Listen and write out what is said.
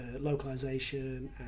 localization